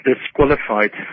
Disqualified